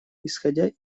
исходя